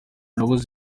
nabuze